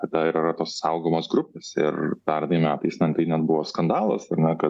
kada ir yra tos saugomos grupės ir pernai metais ten tai net buvo skandalas ar ne kad